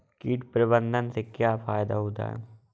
कीट प्रबंधन से क्या फायदा होता है?